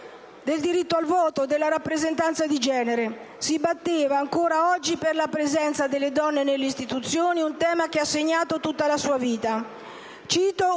del diritto di voto e della rappresentanza di genere. Si batteva ancora oggi per la presenza delle donne nelle istituzioni, un tema che ha segnato tutta la sua vita. Cito